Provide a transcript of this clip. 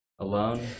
alone